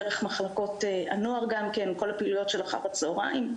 גם דרך מחלקות הנוער עם כל הפעילויות אחר הצוהריים.